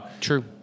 True